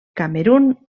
camerun